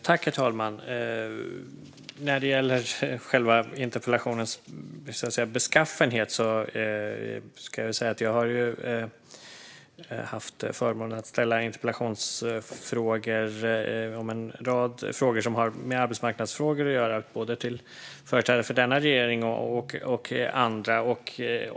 Herr talman! När det gäller själva interpellationens beskaffenhet ska jag säga att jag har haft förmånen att ställa interpellationer om en rad frågor som har med arbetsmarknaden att göra - både till företrädare för denna regering och till andra.